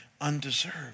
undeserved